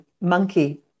Monkey